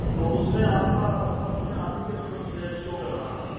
تو اس میں آپ کا فرسٹ میں آپ ہی کا نمبر مجھے شو کر رہا تھا